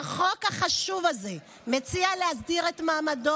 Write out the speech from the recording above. החוק החשוב הזה מציע להסדיר את מעמדו